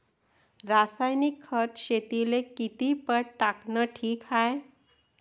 रासायनिक खत शेतीले किती पट टाकनं ठीक हाये?